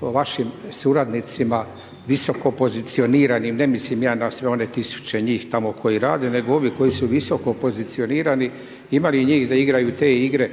vašim suradnicima visokopozicioniranim, ne mislim ja na sve one tisuće njih koji rade nego ove koji su visokopozicionirani, ima li njih da igraju te igre,